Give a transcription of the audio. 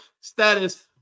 status